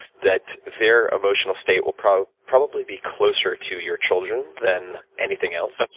that their emotional state will probably probably be closer to your children than anything else.